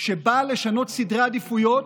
שבאה לשנות סדרי עדיפויות,